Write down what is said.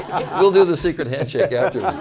we'll do the secret handshake yeah